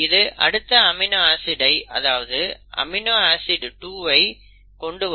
இது அடுத்த amino acid ஐ அதாவது அமினோ ஆசிட் 2 வை கொண்டுவரும்